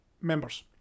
members